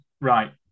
Right